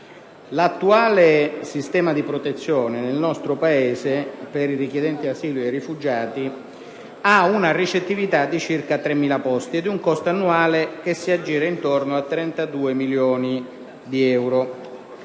L'attuale sistema di protezione nel nostro Paese per i richiedenti asilo e rifugiati ha una ricettività di circa 3.000 posti ed ha un costo annuale che si aggira intorno ai 32 milioni di euro.